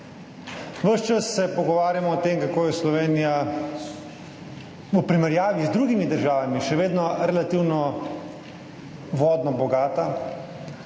Ves čas se pogovarjamo o tem, kako je Slovenija v primerjavi z drugimi državami še vedno relativno vodno bogata,